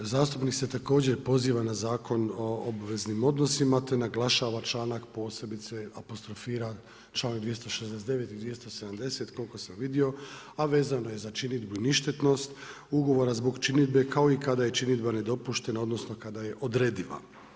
Zastupnik se također poziva na Zakon o obveznim odnosima te naglašava članak posebice apostrofira članak 269. i 270. koliko sam vidio, a vezano je za činidbu i ništetnost ugovora zbog činidbe kao i kada je činidba nedopuštena odnosno kada je odrediva.